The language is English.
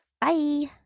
Bye